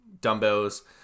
dumbbells